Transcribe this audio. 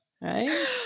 Right